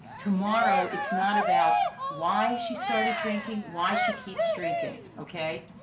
tomorrow, it's not about why she started drinking, why she keeps drinking, ok?